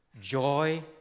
joy